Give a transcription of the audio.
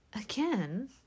again